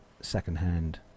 second-hand